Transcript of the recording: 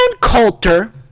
Coulter